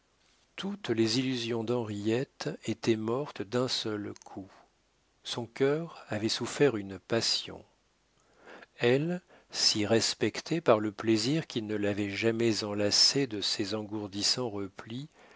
toutes les illusions d'henriette étaient mortes d'un seul coup son cœur avait souffert une passion elle si respectée par le plaisir qui ne l'avait jamais enlacée de ses engourdissants replis